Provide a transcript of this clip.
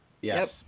Yes